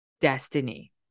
destiny